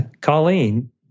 Colleen